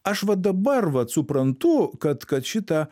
aš vat dabar vat suprantu kad kad šita